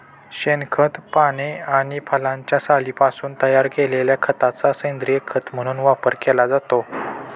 शेणखत, पाने आणि फळांच्या सालींपासून तयार केलेल्या खताचा सेंद्रीय खत म्हणून वापर केला जातो